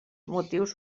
motius